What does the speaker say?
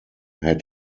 had